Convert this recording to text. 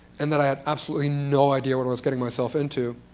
and then i had absolutely no idea what i was getting myself into.